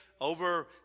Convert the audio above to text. over